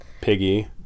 Piggy